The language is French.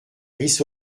ris